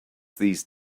these